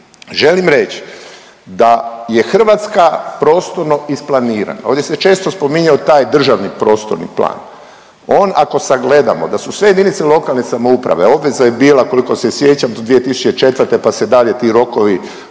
Želim reći da je Hrvatska prostorno isplanirana. Ovdje se često spominjao taj državni prostorni plan. On ako sagledamo da su sve jedinice lokalne samouprave, obveza je bila koliko se sjećam iz 2004. pa se dalje ti rokovi